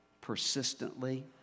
persistently